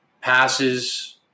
passes